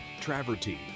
travertine